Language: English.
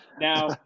Now